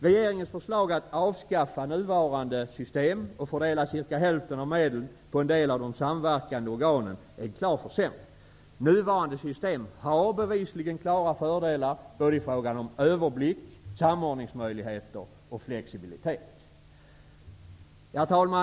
Regeringens förslag att avskaffa nuvarande system och fördela ungefär hälften av medlen på en del av de samverkande organen är en klar försämring. Nuvarande system har bevisligen klara fördelar när det gäller såväl överblick som samordningsmöjligheter och flexibilitet. Herr talman!